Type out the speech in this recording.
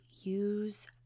Use